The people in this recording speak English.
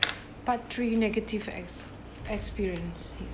part three negative ex~ experience